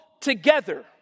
together